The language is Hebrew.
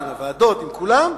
עם הוועדות ועם כולם,